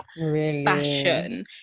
fashion